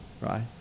right